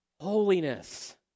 holiness